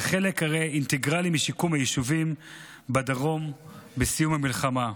זה הרי חלק אינטגרלי משיקום היישובים בדרום בסיום המלחמה.